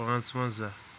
پانٛژٕوَنٛزاہ